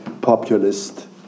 populist